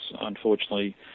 unfortunately